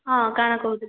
ହଁ କା'ଣା କହୁଥିଲି